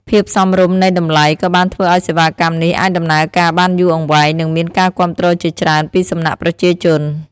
ភាពសមរម្យនៃតម្លៃក៏បានធ្វើឱ្យសេវាកម្មនេះអាចដំណើរការបានយូរអង្វែងនិងមានការគាំទ្រជាច្រើនពីសំណាក់ប្រជាជន។